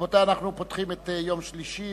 רבותי, אנחנו פותחים את יום שלישי